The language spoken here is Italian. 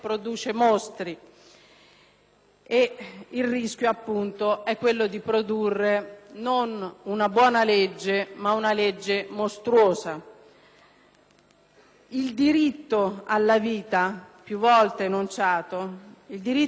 e il rischio, appunto, è quello di produrre non una buona legge ma una legge mostruosa. Il diritto alla vita, più volte enunciato, non può